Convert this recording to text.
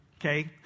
okay